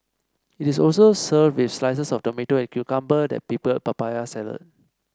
it is also served with slices of tomato and cucumber and pickled papaya salad